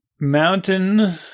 mountain